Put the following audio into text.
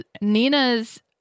Nina's